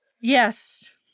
Yes